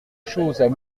choses